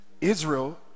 Israel